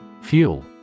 Fuel